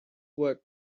work